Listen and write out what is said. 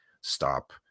stop